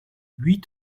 huit